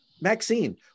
Maxine